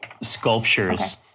sculptures